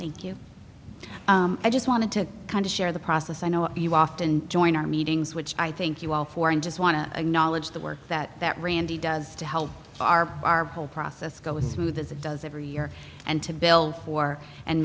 thank you i just wanted to kind of share the process i know you often join our meetings which i thank you all for and just want to acknowledge the work that randy does to help our our whole process go as smoothly as it does every year and to bill for and